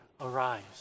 arise